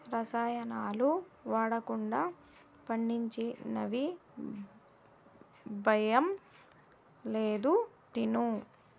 రసాయనాలు వాడకుండా పండించినవి భయం లేదు తిను